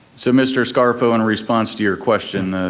so mr. scarfo, in response to your question,